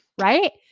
right